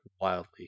wildly